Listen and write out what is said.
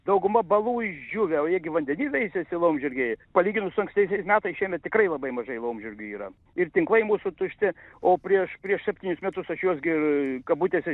dauguma balų išdžiūvę o jie gi vandeny veisiasi laumžirgiai palyginus su ankstesniais metais šiemet tikrai labai mažai laumžirgių yra ir tinklai mūsų tušti o prieš prieš septynis metus aš juos gi kabutėse